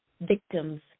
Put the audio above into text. victims